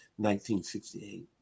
1968